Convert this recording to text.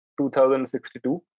2062